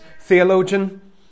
theologian